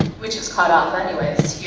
which is cut off anyways.